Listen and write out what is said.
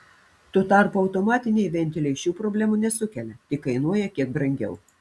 tuo tarpu automatiniai ventiliai šių problemų nesukelia tik kainuoja kiek brangiau